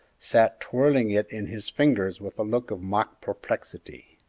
sat twirling it in his fingers with a look of mock perplexity.